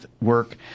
work